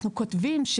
אנחנו כותבים,